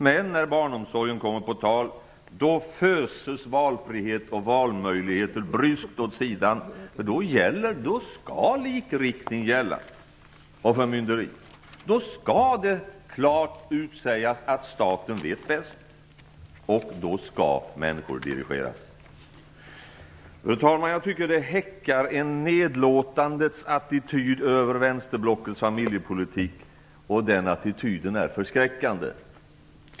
Men när barnomsorgen kommer på tal, då föses valfrihet och valmöjligheter bryskt åt sidan, då skall likriktning och förmynderi gälla. Då skall det klart utsägas att staten vet bäst, och då skall människor dirigeras. Fru talman! Jag tycker att det häckar en nedlåtandets attityd över vänsterblockets familjepolitik, och den attityden är förskräckande.